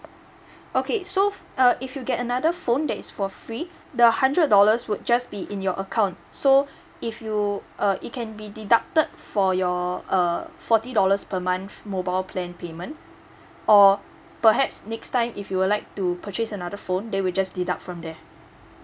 okay so uh if you get another phone that is for free the hundred dollars would just be in your account so if you uh it can be deducted for your uh forty dollars per month mobile plan payment or perhaps next time if you would like to purchase another phone then we will just deduct from there